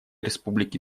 республики